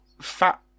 fat